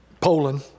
Poland